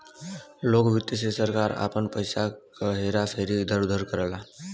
लोक वित्त से सरकार आपन पइसा क हेरा फेरी इधर उधर करला